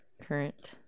current